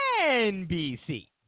NBC